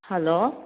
hello